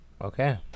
okay